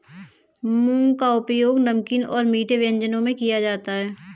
मूंग का उपयोग नमकीन और मीठे व्यंजनों में किया जाता है